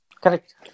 Correct